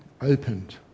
opened